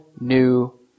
new